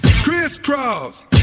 Crisscross